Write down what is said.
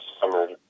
summer